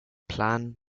plan